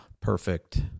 perfect